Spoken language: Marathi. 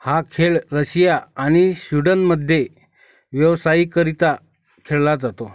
हा खेळ रशिया आणि स्वीडनमध्ये व्यवसायिकरीत्या खेळला जातो